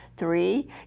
Three